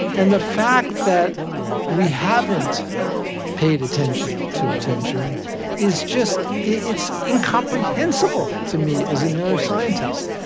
and the fact that we haven't paid attention to attention is just it's incomprehensible to me as a neuroscientist,